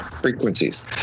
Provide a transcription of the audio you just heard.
frequencies